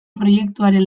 proiektuaren